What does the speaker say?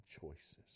choices